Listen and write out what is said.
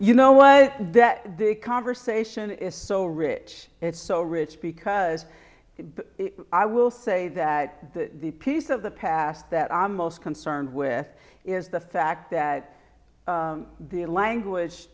you know was that the conversation is so rich it's so rich because i will say that the piece of the past that i'm most concerned with is the fact that the language